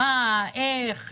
מה, איך?